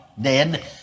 dead